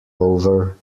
over